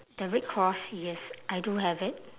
the red cross yes I do have it